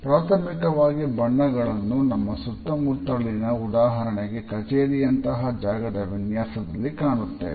ಪ್ರಾಥಮಿಕವಾಗಿ ಬಣ್ಣಗಳನ್ನು ನಮ್ಮ ಸುತ್ತಮುತ್ತಲಿನ ಉದಾಹರಣೆಗೆ ಕಛೇರಿಯಂತಹ ಜಾಗದ ವಿನ್ಯಾಸದಲ್ಲಿ ಕಾಣುತ್ತೇವೆ